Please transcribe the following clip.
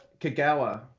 kagawa